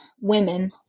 women